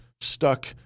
stuck